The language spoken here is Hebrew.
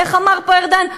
איך אמר פה ארדן?